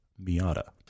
Miata